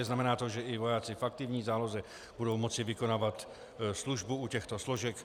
Znamená to, že i vojáci v aktivní záloze budou moci vykonávat službu u těchto složek.